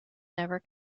never